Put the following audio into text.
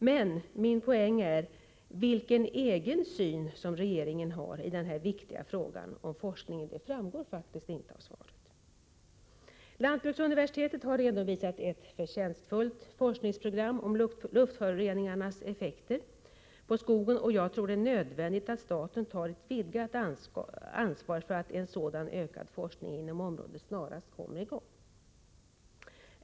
Men vad jag främst vill få veta är vilken syn regeringen själv har i den här viktiga frågan om forskningen. Det framgår faktiskt inte av svaret. Lantbruksuniversitetet har redovisat ett förtjänstfullt forskningsprogram om luftföroreningarnas effekter på skogen, och jag tror att det är nödvändigt att staten tar ett vidgat ansvar för att en sådan ökad forskning inom området snarast kommer i gång.